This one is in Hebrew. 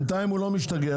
בינתיים הוא לא משתגע,